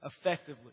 effectively